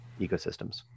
ecosystems